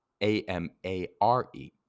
A-M-A-R-E